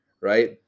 right